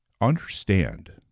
understand